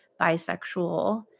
bisexual